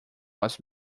was